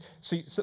See